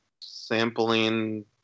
sampling